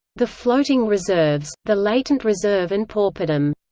the floating reserves, the latent reserve and pauperdom.